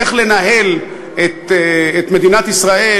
איך לנהל את מדינת ישראל,